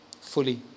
fully